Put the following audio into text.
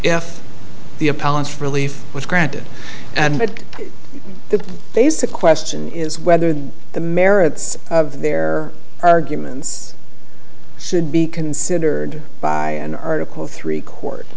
palace relief was granted and the basic question is whether the the merits of their arguments should be considered by an article three court